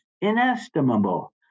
inestimable